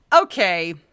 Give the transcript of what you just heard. Okay